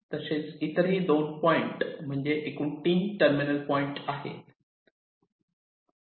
तसेच इतरही दोन पॉईंट म्हणजे एकूण तीन टर्मिनल पॉईंट आहेत